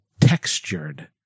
textured